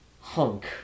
hunk